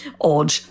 odd